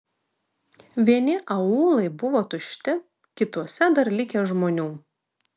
vieni aūlai buvo tušti kituose dar likę žmonių